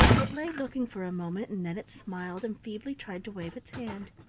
it lay looking for a moment and then it smiled and feebly tried to wave its hand.